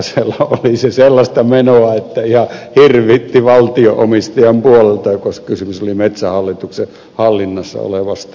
oli se sellaista menoa että ihan hirvitti valtio omistajan puolelta koska kysymys oli metsähallituksen hallinnassa olevasta valtion maasta